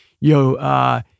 yo